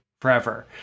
forever